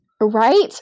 Right